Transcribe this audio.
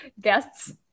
guests